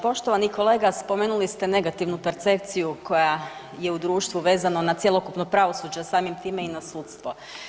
Poštovani kolega spomenuli ste negativnu percepciju koja je u društvu vezano na cjelokupno pravosuđe, a samim time i na sudstvo.